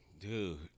Dude